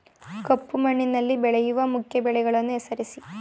ಕಪ್ಪು ಮಣ್ಣಿನಲ್ಲಿ ಬೆಳೆಯುವ ಮುಖ್ಯ ಬೆಳೆಗಳನ್ನು ಹೆಸರಿಸಿ